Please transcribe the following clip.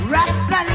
Rasta